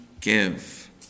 give